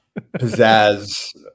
pizzazz